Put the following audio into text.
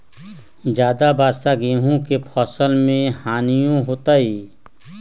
ज्यादा वर्षा गेंहू के फसल मे हानियों होतेई?